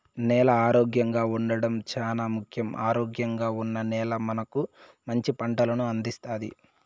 నేల ఆరోగ్యంగా ఉండడం చానా ముఖ్యం, ఆరోగ్యంగా ఉన్న నేల మనకు మంచి పంటలను అందిస్తాది